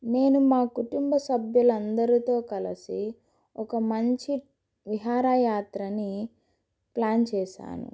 నేను మా కుటుంబ సభ్యులందరుతో కలసి ఒక మంచి విహారయాత్రని ప్లాన్ చేసాను